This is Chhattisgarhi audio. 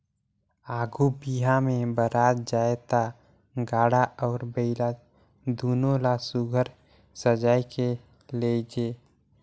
आघु बिहा मे बरात जाए ता गाड़ा अउ बइला दुनो ल सुग्घर सजाए के लेइजे